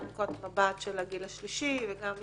גם מנקודת מבט של הגיל השלישי וגם בכלל,